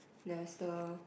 there's the